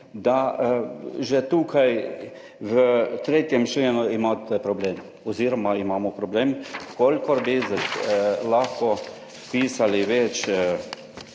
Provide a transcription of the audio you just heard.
da že tukaj v 3. členu imate problem oziroma imamo problem. V kolikor bi lahko vpisali več